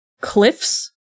cliffs